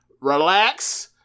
Relax